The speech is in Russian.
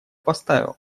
поставил